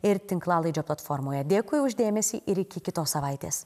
ir tinklalaidžių platformoje dėkui už dėmesį ir iki kitos savaitės